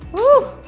ooh.